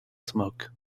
smoke